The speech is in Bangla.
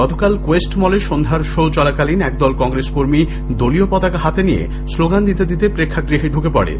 গতকাল কোয়েস্ট মলে সন্ধ্যার শো চলাকালীন একদল কংগ্রেস কর্মী দলীয় পতাকা নিয়ে শ্লোগান দিতে দিতে প্রেক্ষগৃহে ঢুকে পড়ে